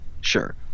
Sure